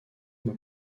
m’a